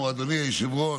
אדוני היושב-ראש,